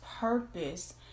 Purpose